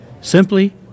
Simply